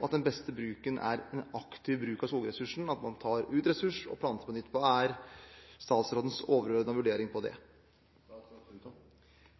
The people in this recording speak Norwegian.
og at den beste bruken er en aktiv bruk av skogressursen; at man tar ut ressurser og planter på nytt. Hva er statsrådens overordnete vurdering av det?